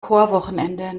chorwochenende